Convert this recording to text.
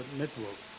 network